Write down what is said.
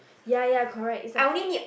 ya ya correct it's like